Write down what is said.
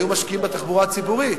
והיו משקיעים בתחבורה הציבורית.